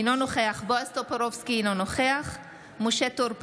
אינו נוכח בועז טופורובסקי, אינו נוכח משה טור פז,